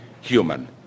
human